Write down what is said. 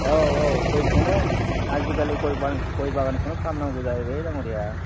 औ औ गयखौनो आजिखालि गय गय बागानखौनो खालामनांगौ जाहैबाय दाङ'रिया